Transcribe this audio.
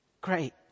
great